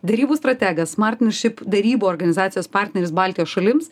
derybų strategas smartnership derybų organizacijos partneris baltijos šalims